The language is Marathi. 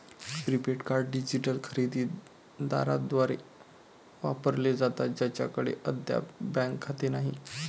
प्रीपेड कार्ड डिजिटल खरेदी दारांद्वारे वापरले जातात ज्यांच्याकडे अद्याप बँक खाते नाही